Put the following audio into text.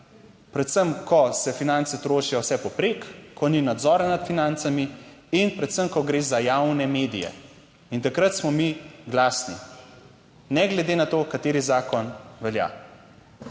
predvsem, ko se finance trošijo vse povprek, ko ni nadzora nad financami in predvsem ko gre za javne medije in takrat smo mi glasni, ne glede na to, kateri zakon velja.